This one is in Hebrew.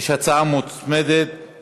יש הצעה מוצמדת של